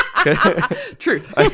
truth